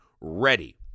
ready